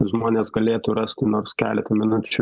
žmonės galėtų rasti nors keletą minučių